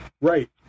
Right